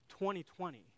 2020